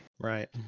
Right